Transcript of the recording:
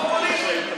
פופוליזם.